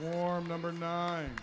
swarm number nine